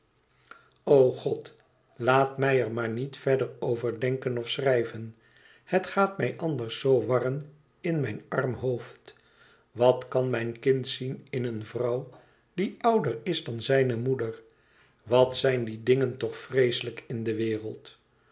god laat mij er maar niet verder over denken of schrijven het gaat mij anders zoo warren in mijn arm hoofd wat kan mijn kind zien in een vrouw die ouder is dan zijne moeder wat zijn die dingen toch vreeslijk in de wereld